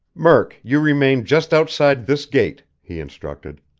murk, you remain just outside this gate, he instructed.